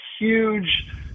huge